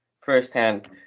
firsthand